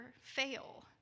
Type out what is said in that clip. fail